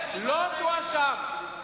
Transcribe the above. לא תואשם.